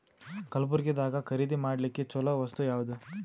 ಕಲಬುರ್ಗಿದಾಗ ಖರೀದಿ ಮಾಡ್ಲಿಕ್ಕಿ ಚಲೋ ವಸ್ತು ಯಾವಾದು?